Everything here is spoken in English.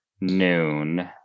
noon